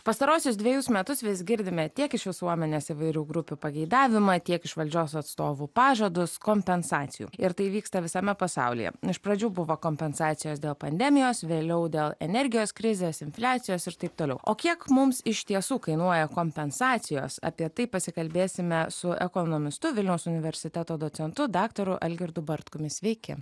pastaruosius dvejus metus vis girdime tiek iš visuomenės įvairių grupių pageidavimą tiek iš valdžios atstovų pažadus kompensacijų ir tai vyksta visame pasaulyje iš pradžių buvo kompensacijos dėl pandemijos vėliau dėl energijos krizės infliacijos ir taip toliau o kiek mums iš tiesų kainuoja kompensacijos apie tai pasikalbėsime su ekonomistu vilniaus universiteto docentu daktaru algirdu bartkumi sveiki